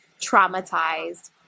traumatized